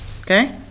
Okay